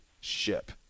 ship